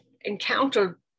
encountered